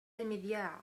المذياع